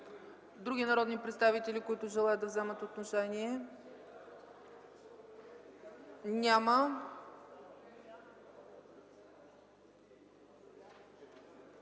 други народни представители, които желаят да вземат отношение? Няма.